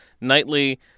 nightly